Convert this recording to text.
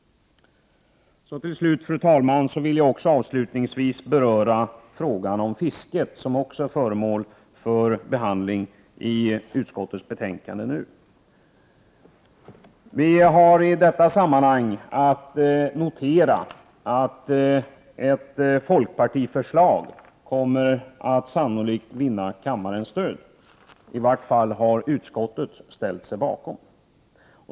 Fru talman! Jag vill också beröra frågan om fisket, som även den är föremål för behandling i utskottets betänkande. Vi har i detta sammanhang att notera att ett folkpartiförslag sannolikt kommer att vinna kammarens stöd, i vart fall har utskottet ställt sig bakom.